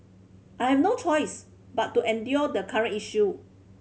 I have no choice but to endure the current issue